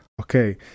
okay